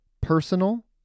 Personal